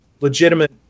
legitimate